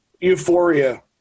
euphoria